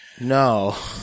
No